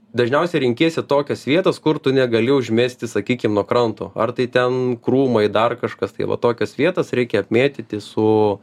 dažniausiai renkiesi tokias vietas kur tu negali užmesti sakykim nuo kranto ar tai ten krūmai dar kažkas tai va tokias vietas reikia apmėtyti su